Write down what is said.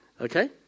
Okay